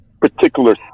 particular